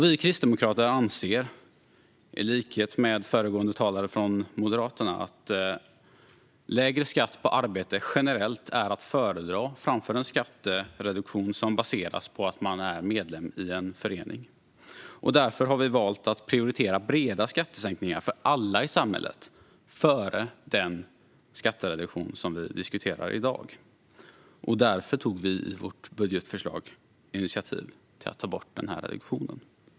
Vi kristdemokrater anser, i likhet med föregående talare från Moderaterna, att lägre skatt på arbete generellt är att föredra framför en skattereduktion som baseras på att man är medlem i en förening. Därför har vi valt att prioritera breda skattesänkningar för alla i samhället före den skattereduktion som vi diskuterar i dag, och därför tog vi i vårt budgetförslag initiativ till att ta bort reduktionen.